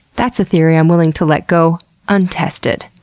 that's a theory i'm willing to let go untested,